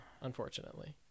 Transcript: unfortunately